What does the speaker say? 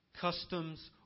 customs